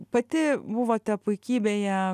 pati buvote puikybėje